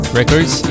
records